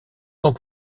sont